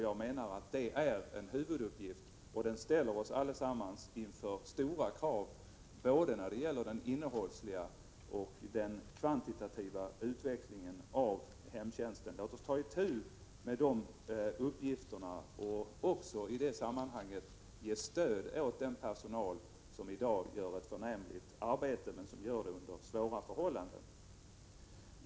Jag menar att detta är en huvuduppgift, och den ställer oss alla inför stora krav, både innehållsliga och kvantitativa, när det gäller utvecklingen av hemtjänsten. Låt oss ta itu med den uppgiften och i det sammanhanget också ge stöd åt den personal som i dag utför ett förnämligt arbete trots svåra förhållanden!